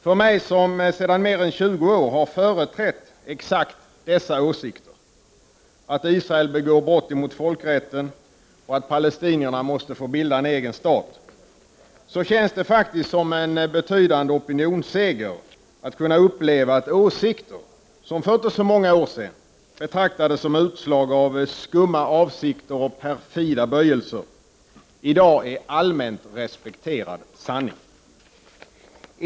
För mig, som sedan mer än 20 år har företrätt exakt dessa åsikter, att Israel begår brott mot folkrätten och att palestinierna måste få bilda sin egen stat, känns det faktiskt som en betydande opinionsseger att kunna uppleva att åsikter, som för inte så många år sedan betraktades som utslag av skumma avsikter och perfida böjelser, i dag är allmänt respekterad sanning.